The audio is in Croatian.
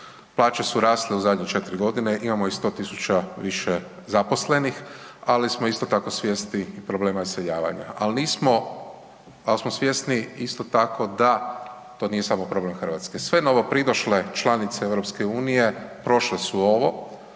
Plaće su rasle u zadnje 4 g., imamo i 100 000 više zaposlenih, ali smo isto tako svjesni i problema iseljavanja ali smo svjesni isto tako da to nije samo problem Hrvatske. Sve novopridošle članice EU-a prošle su ovo,